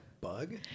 bug